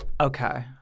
Okay